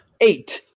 Eight